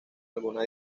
alguna